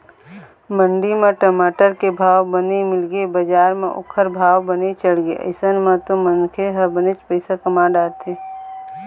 मंडी म टमाटर के भाव बने मिलगे बजार म ओखर भाव बने चढ़गे अइसन म तो मनखे ह बनेच पइसा कमा डरथे